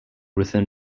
within